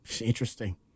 interesting